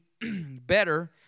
better